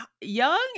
young